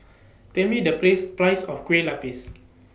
Tell Me The Press Price of Kue Lupis